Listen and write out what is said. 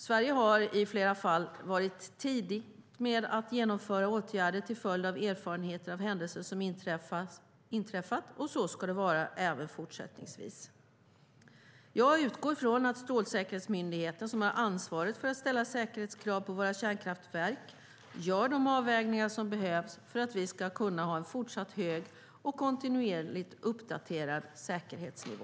Sverige har i flera fall varit tidigt med att genomföra åtgärder till följd av erfarenheter av händelser som inträffat, och så ska det vara även fortsättningsvis. Jag utgår från att Strålsäkerhetsmyndigheten, som har ansvaret för att ställa säkerhetskrav på våra kärnkraftverk, gör de avvägningar som behövs för att vi ska kunna ha en fortsatt hög och kontinuerligt uppdaterad säkerhetsnivå.